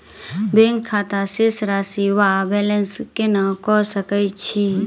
Bank खाता शेष राशि वा बैलेंस केना कऽ सकय छी?